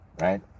right